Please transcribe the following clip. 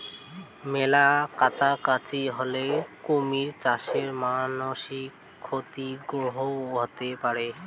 মেলা কাছাকাছি হলে কুমির চাষে মানাসি ক্ষতিগ্রস্ত হতে পারে